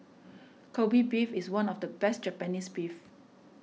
Kobe Beef is one of the best Japanese beef